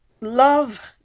Love